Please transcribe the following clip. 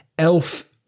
Elf